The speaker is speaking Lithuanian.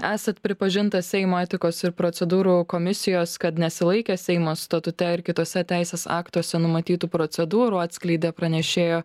esat pripažintas seimo etikos ir procedūrų komisijos kad nesilaikė seimas statute ir kituose teisės aktuose numatytų procedūrų atskleidė pranešėjo